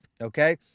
Okay